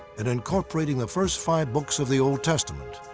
and incorporating the first five books of the old testament.